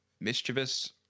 mischievous